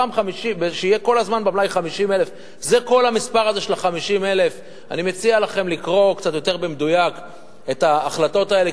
כדי שכל הזמן יהיו במלאי 50,000. זה כל המספר הזה של 50,000. אני מציע לכם לקרוא קצת יותר במדויק את ההחלטות האלה,